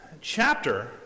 chapter